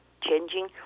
changing